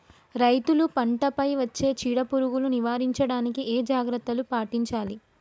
రైతులు పంట పై వచ్చే చీడ పురుగులు నివారించడానికి ఏ జాగ్రత్తలు పాటించాలి?